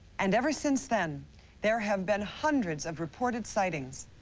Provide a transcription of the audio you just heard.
and ever since then there have been hundreds of reported sightings.